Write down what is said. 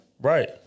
Right